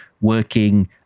working